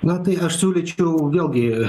na tai aš siūlyčiau vėlgi